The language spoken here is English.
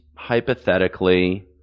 hypothetically